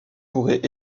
pourrait